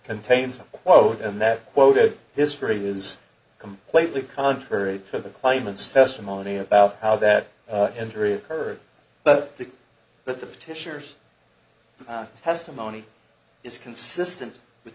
contains a quote and that quoted history is completely contrary to the claimants testimony about how that injury occurred but the but the petitioners testimony is consistent with